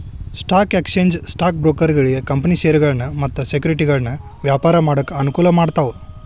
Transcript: stock exchange stock ಬ್ರೋಕರ್ಗಳಿಗಿ company ಷೇರಗಳನ್ನ ಮತ್ತ ಸೆಕ್ಯುರಿಟಿಗಳನ್ನ ವ್ಯಾಪಾರ ಮಾಡಾಕ ಅನುಕೂಲ ಮಾಡ್ತಾವ